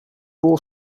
bol